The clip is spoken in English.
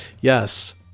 Yes